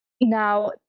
Now